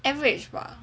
average 吧